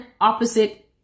opposite